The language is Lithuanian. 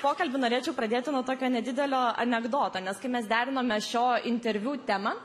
pokalbį norėčiau pradėti nuo tokio nedidelio anekdoto nes kai mes derinome šio interviu temą